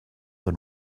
than